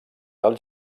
del